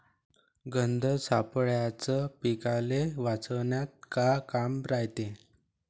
गंध सापळ्याचं पीकाले वाचवन्यात का काम रायते?